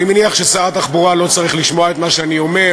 אני מניח ששר התחבורה לא צריך לשמוע את מה שאני אומר,